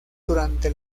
durante